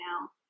now